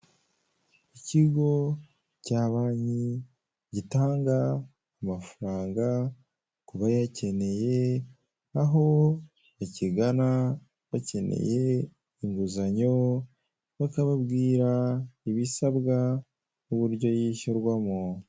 Ikigo cya banki gitanga amafaranga kubayakeneye aho bakigana bakeneye inguzanyo bakababwira ibisabwa n' uburyo yishyurwamo.